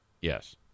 Yes